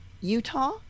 Utah